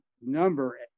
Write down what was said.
number